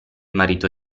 marito